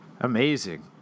Amazing